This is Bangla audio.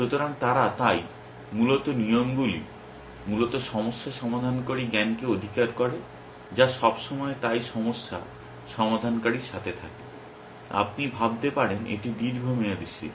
সুতরাং তারা তাই মূলত নিয়মগুলি মূলত সমস্যা সমাধানকারী জ্ঞানকে অধিকার করে যা সবসময় তাই সমস্যা সমাধানকারীর সাথে থাকে আপনি ভাবতে পারেন এটি দীর্ঘমেয়াদী স্মৃতি